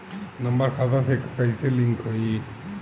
Number खाता से कईसे लिंक होई?